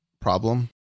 problem